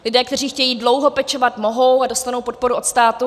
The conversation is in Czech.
Lidé, kteří chtějí dlouho pečovat, mohou a dostanou podporu od státu.